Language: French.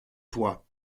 toits